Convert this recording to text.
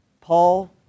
Paul